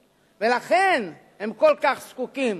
ולכן הם כל כך זקוקים